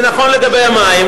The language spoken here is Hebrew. זה נכון לגבי המים.